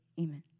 amen